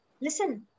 listen